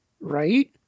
right